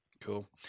Cool